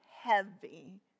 heavy